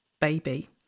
baby